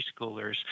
preschoolers